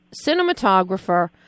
cinematographer